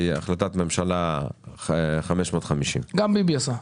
החלטת הממשלה מספר 550. שגם ביבי עשה.